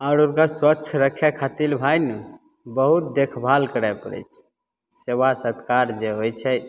आओर हुनका स्वच्छ रखै खातिर भाइने बहुत देखभाल करै पड़ै छै सेवा सत्कार जे होइ छै